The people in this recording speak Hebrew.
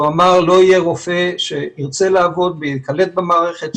שהוא אמר שלא יהיה רופא שירצה לעבוד ולהיקלט במערכת,